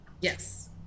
Yes